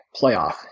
playoff